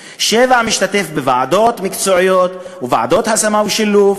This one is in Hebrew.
7. משתתף בוועדות מקצועיות ובוועדות השמה ושילוב.